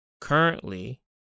currently